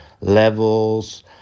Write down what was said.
levels